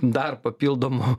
dar papildomų